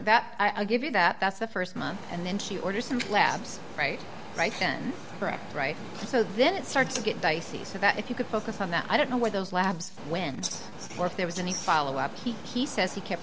that i'll give you that that's the st month and then she orders some laps right right then right so then it starts to get dicey so that if you could focus on that i don't know what those labs when or if there was any follow up he he says he kept